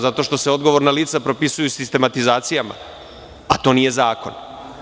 Zato što se odgovorna lica propisuju sistematizacijama, a to nije zakon.